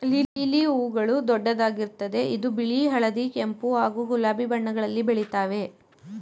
lily ಹೂಗಳು ದೊಡ್ಡದಾಗಿರ್ತದೆ ಇದು ಬಿಳಿ ಹಳದಿ ಕೆಂಪು ಹಾಗೂ ಗುಲಾಬಿ ಬಣ್ಣಗಳಲ್ಲಿ ಬೆಳಿತಾವೆ